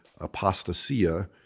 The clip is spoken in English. apostasia